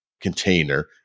container